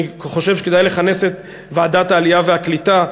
אני חושב שכדאי לכנס את ועדת העלייה והקליטה לדון,